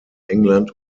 england